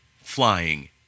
flying